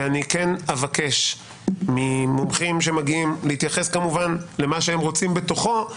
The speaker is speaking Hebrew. ואני כן אבקש ממומחים שמגיעים להתייחס כמובן למה שהם רוצים בתוכו,